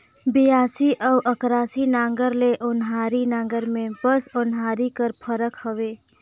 बियासी अउ अकरासी नांगर ले ओन्हारी नागर मे बस ओन्हारी कर फरक हवे